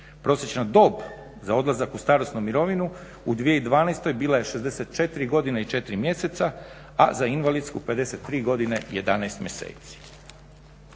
Prosječna dob za odlazak u starosnu mirovinu u 2012.bila je 64 godine i 4 mjeseca a za invalidsku 53 godine i 11 mjeseci.